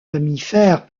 mammifères